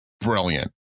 brilliant